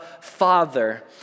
Father